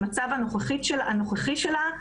במצב הנוכחי שלה,